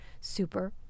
super